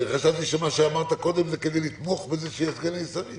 חשבתי שמה שאמרת קודם זה כדי לתמוך בזה שיהיו סגני שרים.